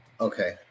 Okay